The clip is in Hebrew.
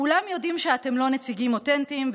כולם יודעים שאתם לא נציגים אותנטיים,